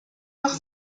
noch